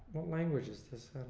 languages